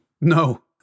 no